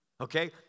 Okay